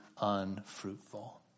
unfruitful